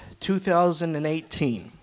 2018